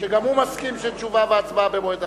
שגם הוא מסכים לתשובה והצבעה במועד אחר,